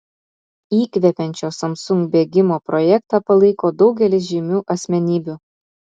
įkvepiančio samsung bėgimo projektą palaiko daugelis žymių asmenybių